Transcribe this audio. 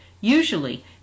Usually